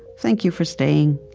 thank you for staying.